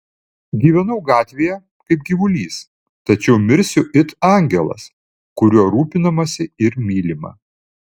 gyvenau gatvėje kaip gyvulys tačiau mirsiu it angelas kuriuo rūpinamasi ir mylima